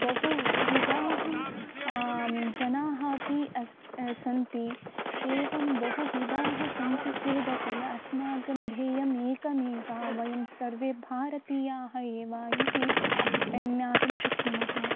बहुविधाः जनाः अपि अस् सन्ति एवं बहुविधाः सन्ति चेदपि अस्माकं ध्येयमेकमेव वयं सर्वे भारतीयाः एव इति ज्ञातुं शक्नुमः